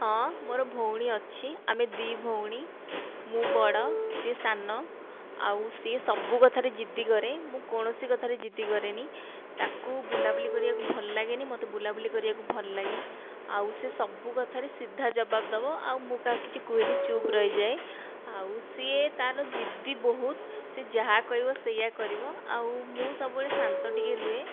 ହଁ ମୋର ଭଉଣୀ ଅଛି ଆମେ ଦୁଇ ଭଉଣୀ ମୁଁ ବଡ଼ ସେ ସାନ ଆଉ ସେସବୁ କଥାରେ ଜିଦ୍ଦି କରେ ମୁଁ କୌଣସି କଥାରେ ଜିଦ୍ଦି କରେନି ତାକୁ ବୁଲାବୁଲି କରିବାକୁ ଭଲ ଲାଗେନି ମୋତେ ବୁଲାବୁଲି କରିବାକୁ ଭଲ ଲାଗେ ଆଉ ସେ ସବୁ କଥାରେ ସିଧା ଜବାବ ଦେବ ଆଉ ମୁଁ କାହାକୁ କିଛି କୁହେନି ଚୁପ ରହିଯାଏ ଆଉ ସିଏ ତା'ର ଜିଦ୍ଦି ବହୁତ ସେ ଯାହା କରିବ ସେୟା କରିବ ଆଉ ମୁଁ ସବୁବେଳେ ଶାନ୍ତ ଟିକେ ରୁହେ